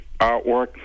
artwork